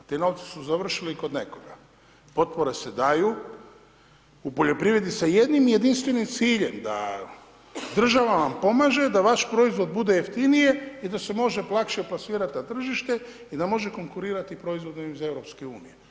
Ti novci su završili kod nekoga, potpore se daju, u poljoprivredi sa jednim i jedinstvenim ciljem da država vam pomaže da vaš proizvod bude jeftiniji i da se može lakše plasirat na tržište i da može konkurirati proizvodima iz EU.